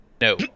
No